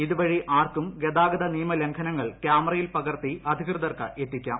ഇതുവഴി ആർക്കും ഗതാഗത നിയമ ലംഘനങ്ങൾ ക്യാമറയിൽ പകർത്തി അധികൃതർക്ക് എത്തിക്കാം